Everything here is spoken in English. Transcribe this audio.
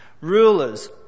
rulers